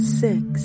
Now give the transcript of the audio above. six